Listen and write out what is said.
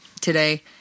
today